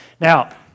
Now